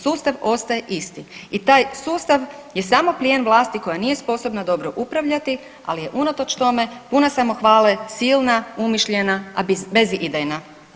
Sustav ostaje isti i taj sustav je samo plijen vlasti koja nije sposobna dobro upravljati, ali je unatoč tome puna samohvale, silna, umišljena a bezidejna.